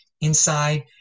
inside